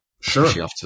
Sure